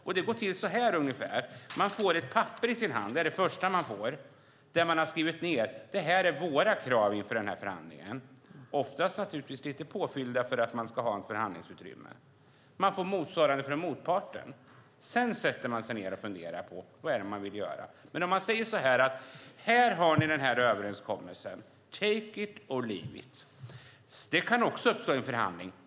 Det går till ungefär så här: Först får man ett papper i sin hand där kraven inför förhandlingarna har skrivits ned, ofta naturligtvis lite påfyllda för att man ska ha förhandlingsutrymme. Man får motsvarande från motparten. Sedan sätter man sig ned och funderar på vad det är man vill göra. Situationen kan också uppstå i en förhandling att någon säger: Här har ni en överenskommelse - take it och leave it!